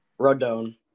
Rodone